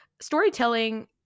storytelling